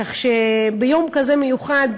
כך שביום כזה מיוחד,